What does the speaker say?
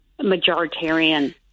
majoritarian